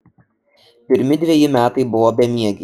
pirmi dveji metai buvo bemiegiai